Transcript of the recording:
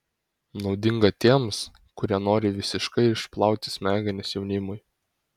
naudinga tiems kurie nori visiškai išplauti smegenis jaunimui